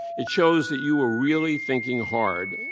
it shows that you were really thinking hard.